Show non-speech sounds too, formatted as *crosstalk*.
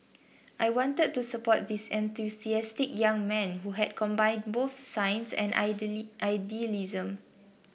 I wanted to support this enthusiastic young man who has combined both science and *unintelligible* idealism